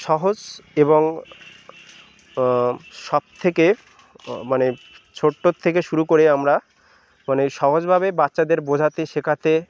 সহজ এবং সব থেকে মানে ছোট্ট থেকে শুরু করে আমরা মানে সহজভাবে বাচ্চাদের বোঝাতে শেখাতে